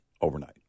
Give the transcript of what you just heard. overnight